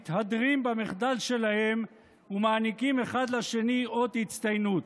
מתהדרים במחדל שלהם ומעניקים אחד לשני אות הצטיינות.